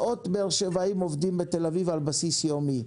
מאות באר שבעים עובדים בתל אביב על בסיס יומי.